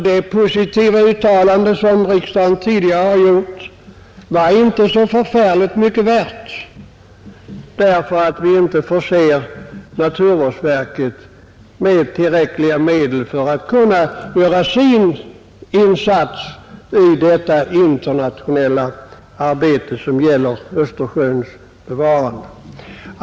Det positiva uttalande som riksdagen tidigare har gjort blev alltså inte så värst mycket värt därför att vi inte förser naturvårdsverket med tillräckliga medel för att kunna göra sin insats i detta internationella arbete för Östersjöns bevarande.